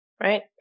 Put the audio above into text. Right